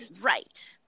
Right